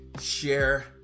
share